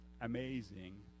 amazing